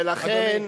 ולכן,